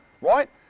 right